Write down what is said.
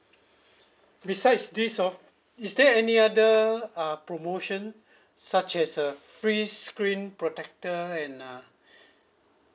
besides this hor is there any other uh promotion such as a free screen protector and uh